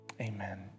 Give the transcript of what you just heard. Amen